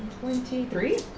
Twenty-three